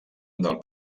del